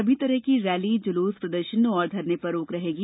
सभी तरह की रैली जुलूस प्रदर्शन और धरने पर रोक रहेगी